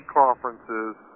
conferences